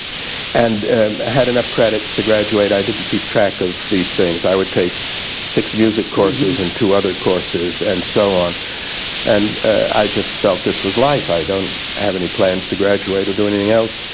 and i had enough credits to graduate. i didn't keep track of these things. i would take six music courses and two other courses and so on and i just felt this was life. i don't have any plans to graduate or do anything else,